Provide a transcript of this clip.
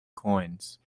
coins